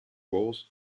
walls